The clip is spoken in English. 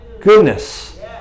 goodness